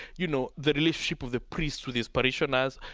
you know, the relationship of the priest with his parishioners,